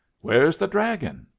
where's the dragon?